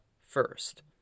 first